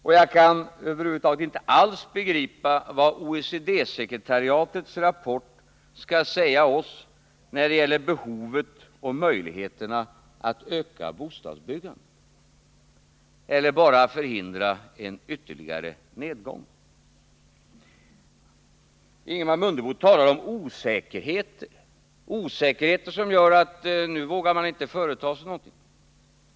Och jag kan över huvud taget inte alls begripa vad OECD-sekretariatets rapport skall säga oss när det gäller behovet och möjligheterna att öka bostadsbyggandet — eller bara förhindra en ytterligare nedgång. Ingemar Mundebo talar om osäkerheter som gör att nu vågar man inte företa sig någonting.